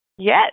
Yes